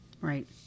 right